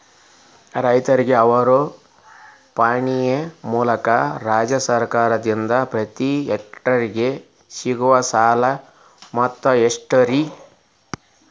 ರೈತರಿಗೆ ಅವರ ಪಾಣಿಯ ಮೂಲಕ ರಾಜ್ಯ ಸರ್ಕಾರದಿಂದ ಪ್ರತಿ ಹೆಕ್ಟರ್ ಗೆ ಸಿಗುವ ಸಾಲದ ಮೊತ್ತ ಎಷ್ಟು ರೇ?